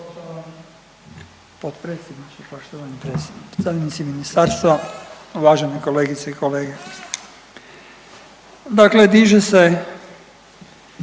potpredsjedniče, poštovani predstavnici ministarstva, uvažene kolegice i kolege. Dakle, diže se